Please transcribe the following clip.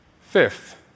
Fifth